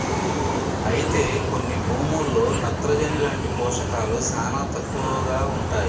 అయితే కొన్ని భూముల్లో నత్రజని లాంటి పోషకాలు శానా తక్కువగా ఉంటాయి